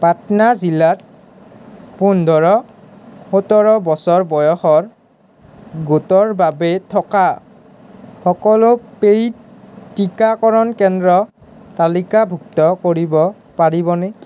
পাটনা জিলাত পোন্ধৰ সোতৰ বছৰ বয়সৰ গোটৰ বাবে থকা সকলো পেইড টিকাকৰণ কেন্দ্ৰ তালিকাভুক্ত কৰিব পাৰিবনে